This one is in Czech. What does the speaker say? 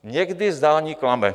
Někdy zdání klame.